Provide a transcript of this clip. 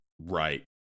Right